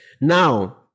Now